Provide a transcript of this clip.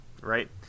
right